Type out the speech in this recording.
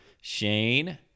Shane